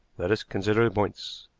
let as consider the points.